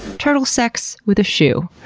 turtle sex with a shoe,